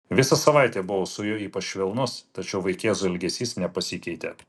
visą savaitę buvau su juo ypač švelnus tačiau vaikėzo elgesys nepasikeitė